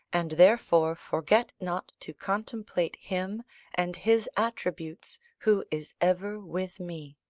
and therefore forget not to contemplate him and his attributes who is ever with me.